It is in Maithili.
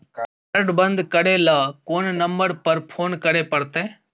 कार्ड बन्द करे ल कोन नंबर पर फोन करे परतै?